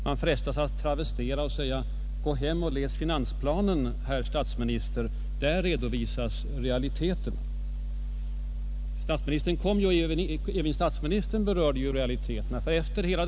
Man frestas att travestera ett bekant yttrande och säga: Gå hem och läs finansplanen, herr statsminister! Där redovisas realiteterna. Även statsministern berörde till sist realiteterna.